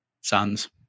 Sons